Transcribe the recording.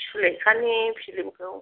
सुलेखानि फिलिमखौ